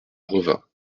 revin